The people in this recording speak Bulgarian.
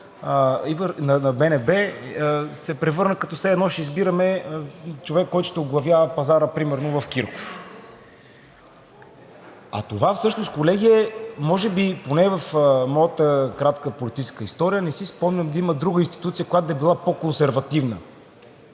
на БНБ се превърна като все едно ще избираме човек, който ще оглавява пазара примерно „Кирков“. А това всъщност, колеги, е може би – поне в моята кратка политическа история не си спомням да има друга институция, която да е била по-консервативна,